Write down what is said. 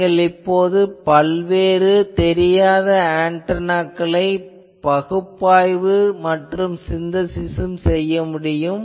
நீங்கள் இப்போது பல்வேறு தெரியாத ஆன்டெனாக்களை பகுப்பாய்வு மற்றும் சின்தசிஸ் செய்ய முடியும்